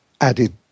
added